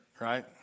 right